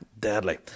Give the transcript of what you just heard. deadly